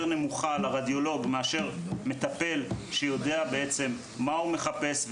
נמוכה לרדיולוג מאשר מטפל שיודע מה הוא מחפש,